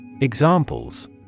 Examples